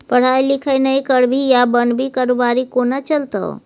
पढ़ाई लिखाई नहि करभी आ बनभी कारोबारी कोना चलतौ